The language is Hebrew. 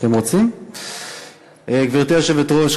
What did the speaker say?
גברתי היושבת-ראש,